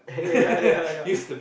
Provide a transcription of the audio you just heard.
use the